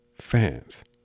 fans